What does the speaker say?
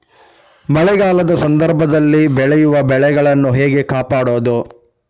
ಮಳೆಗಾಲದ ಸಂದರ್ಭದಲ್ಲಿ ಬೆಳೆಯುವ ಬೆಳೆಗಳನ್ನು ಹೇಗೆ ಕಾಪಾಡೋದು?